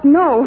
no